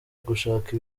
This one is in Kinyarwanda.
gushaka